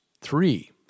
Three